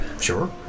Sure